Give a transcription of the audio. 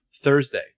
Thursday